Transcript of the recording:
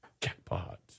Jackpot